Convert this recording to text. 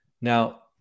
Now